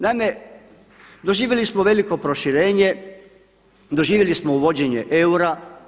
Naime, doživjeli smo veliko proširenje, doživjeli smo uvođenje eura.